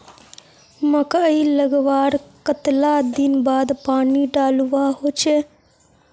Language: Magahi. मकई लगवार कतला दिन बाद पानी डालुवा होचे?